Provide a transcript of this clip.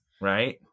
right